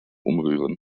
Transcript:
umrühren